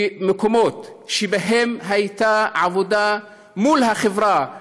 במקומות שבהם הייתה עבודה עם החברה,